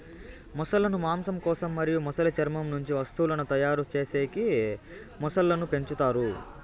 మొసళ్ళ ను మాంసం కోసం మరియు మొసలి చర్మం నుంచి వస్తువులను తయారు చేసేకి మొసళ్ళను పెంచుతారు